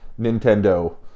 Nintendo